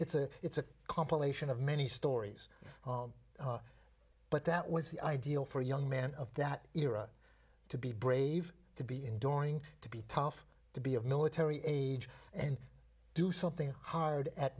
it's a it's a compilation of many stories but that was the ideal for young men of that era to be brave to be enduring to be tough to be of military age and do something hard at